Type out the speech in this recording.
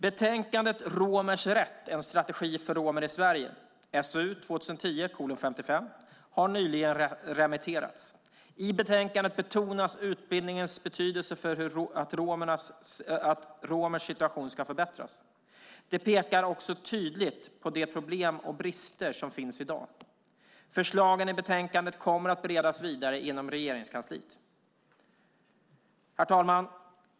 Betänkandet Romers rätt - en strategi för romer i Sverige har nyligen remitterats. I betänkandet betonas utbildningens betydelse för att romers situation ska förbättras. Det pekar också tydligt på de problem och brister som finns i dag. Förslagen i betänkandet kommer att beredas vidare inom Regeringskansliet. Herr talman!